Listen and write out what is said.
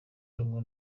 rumwe